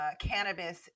cannabis